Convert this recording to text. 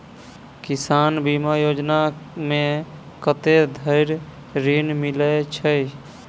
किसान बीमा योजना मे कत्ते धरि ऋण मिलय छै?